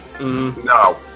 No